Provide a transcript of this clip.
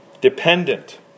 dependent